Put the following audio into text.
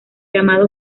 llamado